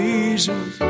Jesus